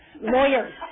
lawyers